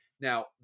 Now